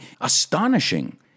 astonishing